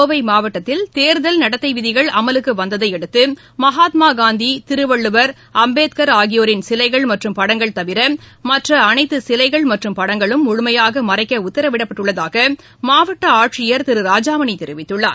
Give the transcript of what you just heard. கோவை மாவட்டத்தில் தேர்தல் நடத்தை விதிகள் அமலுக்கு வந்ததையடுத்து மகாத்மா காந்தி திருவள்ளுவர் அம்பேத்கர் ஆகியோரின் சிலைகள் மற்றும் படங்கள் தவிர மற்ற அனைத்து சிலைகள் மற்றும் படங்களும் முழுமையாக மறைக்க உத்தரவிடப்பட்டுள்ளதாக மாவட்ட ஆட்சியர் திரு ராஜாமணி தெரிவித்துள்ளார்